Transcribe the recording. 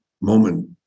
moment